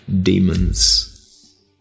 demons